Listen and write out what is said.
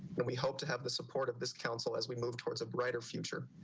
and we hope to have the support of this council as we move towards a brighter future.